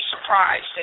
surprised